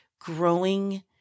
growing